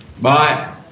Bye